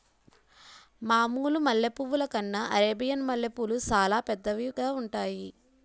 మామూలు మల్లె పువ్వుల కన్నా అరేబియన్ మల్లెపూలు సాలా పెద్దవిగా ఉంతాయి